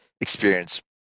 experience